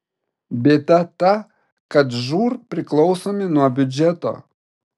bėda ta kad žūr priklausomi nuo biudžeto